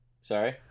Sorry